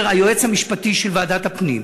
שבו מדבר היועץ המשפטי של ועדת הפנים,